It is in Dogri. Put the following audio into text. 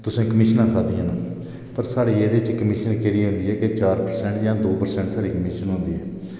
तुसें कमीशनां खाद्धियां न पर साढ़े एह्दे च कमीशन केह्ड़ी होंदी ऐ कि चार परसैंट जां दो परसैंट साढ़ी कमीशन होंदी ऐ